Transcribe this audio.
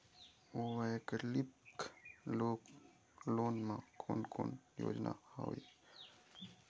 वैकल्पिक लोन मा कोन कोन योजना हवए?